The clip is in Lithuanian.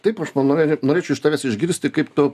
taip aš manau net norėčiau iš tavęs išgirsti kaip tau